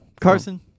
Carson